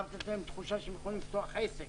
גם לתת להם תחושה שהם יכולים לפתוח עסק,